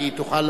כי היא תוכל,